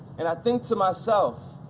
and i think to myself,